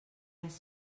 res